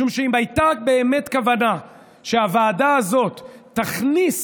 משום שאם הייתה באמת כוונה שהוועדה הזאת תכניס